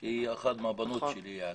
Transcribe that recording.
להיבה שהיא כאילו אחת מהבנות שלי.